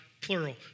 plural